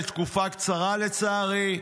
לתקופה קצרה לצערי,